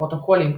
הפרוטוקולים,